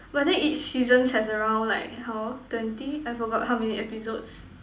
but then each seasons has around like how twenty I forgot how many episodes